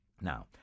Now